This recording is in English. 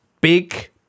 big